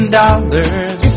dollars